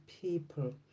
people